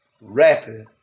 rapping